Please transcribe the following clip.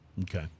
Okay